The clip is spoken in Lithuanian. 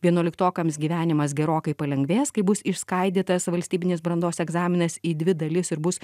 vienuoliktokams gyvenimas gerokai palengvės kai bus išskaidytas valstybinis brandos egzaminas į dvi dalis ir bus